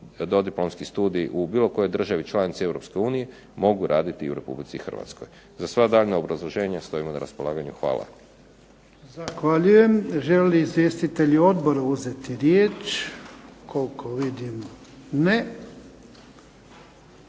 dodiplomski studij u bilo kojoj državi članici Europske unije mogu raditi i u Republici Hrvatskoj. Za sva daljnja obrazloženja stojimo na raspolaganju. Hvala.